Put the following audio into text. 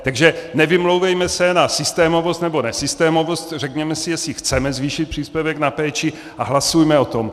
Takže nevymlouvejme se na systémovost nebo nesystémovost, řekněme si, jestli chceme zvýšit příspěvek na péči, a hlasujme o tom!